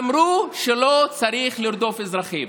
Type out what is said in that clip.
אמרו שלא צריך לרדוף אזרחים.